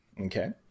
Okay